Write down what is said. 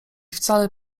wcale